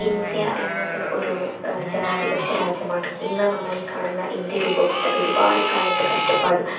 India എന്നത് ഒരു ജനാധിപത്യ രാജ്യമാണ് ഇന്ന് നമ്മളീ കാണുന്ന ഇന്ത്യ രൂപപ്പെട്ടത് ഒരുപാട് കാലത്തെ കഷ്ടപ്പാടും